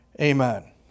Amen